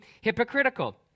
hypocritical